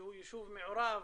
שהוא יישוב מעורב,